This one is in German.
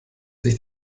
sich